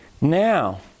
Now